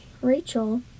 Rachel